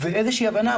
ואיזו שהיא הבנה,